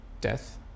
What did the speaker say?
death